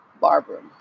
Barbara